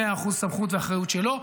100% סמכות ואחריות שלו,